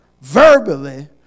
Verbally